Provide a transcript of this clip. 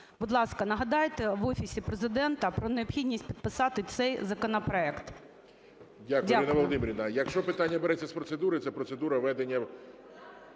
Будь ласка, нагадайте в Офісі Президента про необхідність підписати цей законопроект. Дякую. ГОЛОВУЮЧИЙ. Дякую. Ірина Володимирівна, якщо питання береться з процедури, це процедура ведення…